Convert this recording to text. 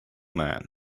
man